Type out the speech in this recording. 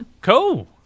cool